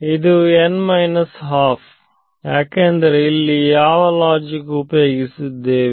ಇದು n 12 ಏಕೆಂದರೆ ಇಲ್ಲಿ ಯಾವ ಲೊಜಿಕ್ ಉಪಯೋಗಿಸಿದ್ದೇವೆ